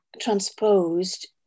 transposed